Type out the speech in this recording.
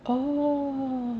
oh